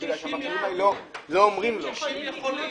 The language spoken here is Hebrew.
כי המכשירים האלה לא נותנים לו את המידע.